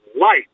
life